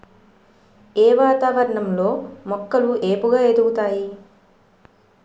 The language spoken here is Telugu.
ఏ వాతావరణం లో మొక్కలు ఏపుగ ఎదుగుతాయి?